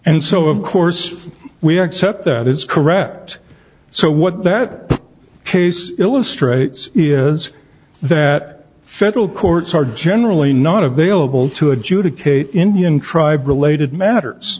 and so of course we accept that is correct so what that case illustrates is that federal courts are generally not available to adjudicate indian tribe related matters